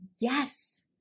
Yes